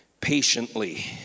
patiently